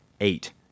eight